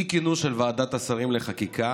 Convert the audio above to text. אי-כינוס של ועדת השרים לחקיקה